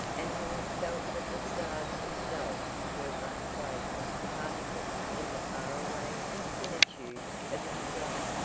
and who had felt that the stars themselves were but flaming particles in the far-away infinitudes of his love?